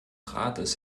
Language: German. rates